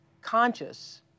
conscious